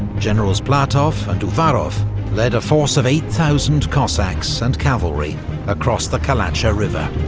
generals platov and uvarov led a force of eight thousand cossacks and cavalry across the kalatsha river